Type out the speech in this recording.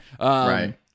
right